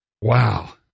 Wow